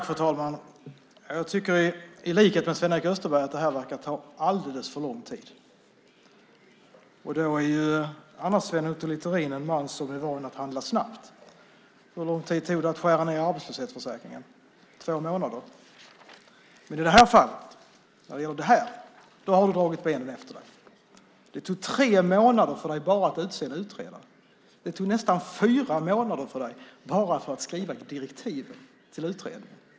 Fru talman! Jag tycker, i likhet med Sven-Erik Österberg, att det här verkar ta alldeles för lång tid. Annars är Sven Otto Littorin en man som är van att handla snabbt. Hur lång tid tog det att skära ned arbetslöshetsförsäkringen? Två månader? Men i det här fallet, när det gäller det här, har du dragit benen efter dig. Det tog tre månader för dig att bara utse en utredare. Det tog nästan fyra månader för dig att bara skriva direktiv till utredningen.